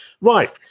Right